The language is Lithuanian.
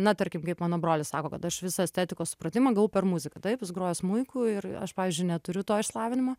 na tarkim kaip mano brolis sako kad aš visą estetikos supratimą gavau per muziką taip jis grojo smuiku ir aš pavyzdžiui neturiu to išsilavinimo